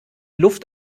luft